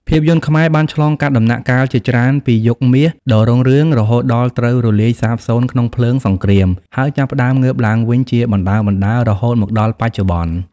ភាពយន្តខ្មែរបានឆ្លងកាត់ដំណាក់កាលជាច្រើនពីយុគមាសដ៏រុងរឿង រហូតដល់ត្រូវរលាយសាបសូន្យក្នុងភ្លើងសង្គ្រាម ហើយចាប់ផ្ដើមងើបឡើងវិញជាបណ្ដើរៗរហូតមកដល់បច្ចុប្បន្ន។